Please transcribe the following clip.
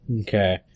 Okay